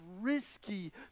risky